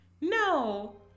No